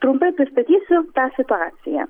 trumpai pristatysiu tą situaciją